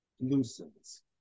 loosens